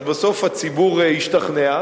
אז בסוף הציבור ישתכנע.